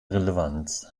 relevanz